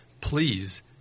please